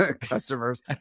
customers